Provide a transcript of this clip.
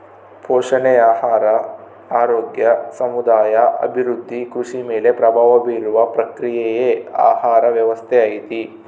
ಪೋಷಣೆ ಆಹಾರ ಆರೋಗ್ಯ ಸಮುದಾಯ ಅಭಿವೃದ್ಧಿ ಕೃಷಿ ಮೇಲೆ ಪ್ರಭಾವ ಬೀರುವ ಪ್ರಕ್ರಿಯೆಯೇ ಆಹಾರ ವ್ಯವಸ್ಥೆ ಐತಿ